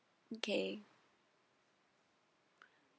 okay